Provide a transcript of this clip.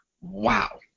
wow